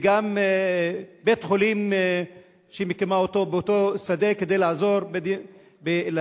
וגם בית-חולים היא מקימה באותו שדה כדי לעזור לנפגעים.